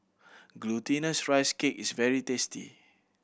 Glutinous Rice Cake is very tasty